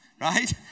right